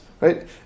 Right